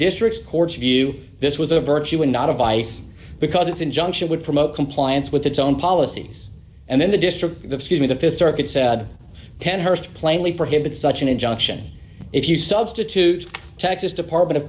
district's court's view this was a virtue in not advice because it's injunction would promote compliance with its own policies and then the district excuse me the th circuit said ten hurst plainly prohibits such an injunction if you substitute texas department of